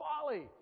folly